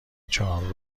چهار